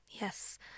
Yes